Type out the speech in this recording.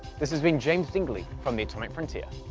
this has been james dingley from the atomic frontier.